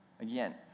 Again